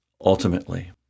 ultimately